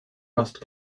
must